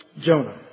Jonah